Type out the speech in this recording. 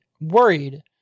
worried